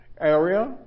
area